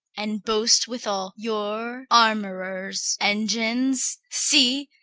and boast withal your armourers' engines? see,